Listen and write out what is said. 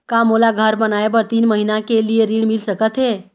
का मोला घर बनाए बर तीन महीना के लिए ऋण मिल सकत हे?